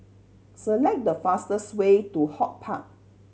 select the fastest way to HortPark